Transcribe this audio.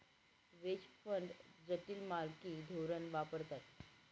veg fund जटिल मालकी धोरण वापरतात